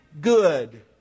good